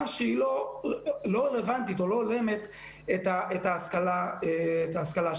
שהיא לא רלוונטית או לא הולמת את ההשכלה שלך.